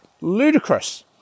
ludicrous